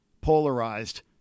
polarized